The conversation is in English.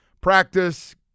practice